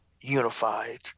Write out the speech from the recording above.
unified